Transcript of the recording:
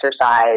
exercise